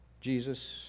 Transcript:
Jesus